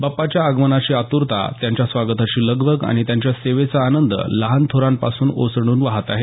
बाप्पाच्या आगमनाची आत्रता त्याच्या स्वागताची लगबग आणि त्याच्या सेवेचा आंनद लहानथोंरामधे ओसाडून वाहत आहे